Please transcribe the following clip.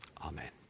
Amen